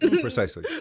Precisely